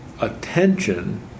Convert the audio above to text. attention